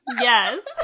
Yes